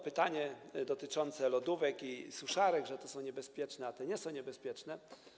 Pytanie dotyczyło lodówek i suszarek, tego, że te są niebezpieczne, a te nie są niebezpieczne.